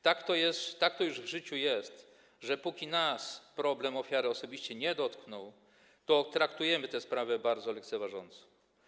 Tak to już w życiu jest, że póki nas problem ofiary osobiście nie dotknął, to traktujemy tę sprawę bardzo lekceważąco.